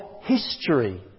history